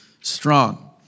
strong